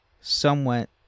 somewhat